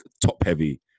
top-heavy